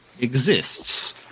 exists